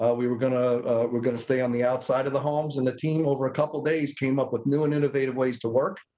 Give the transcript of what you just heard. ah we were going to, we were going to stay on the outside of the homes and the team, over a couple days, came up with new and innovative ways to work.